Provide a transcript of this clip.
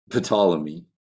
Ptolemy